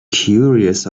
curious